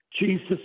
Jesus